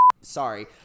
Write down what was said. sorry